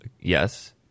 Yes